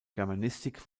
germanistik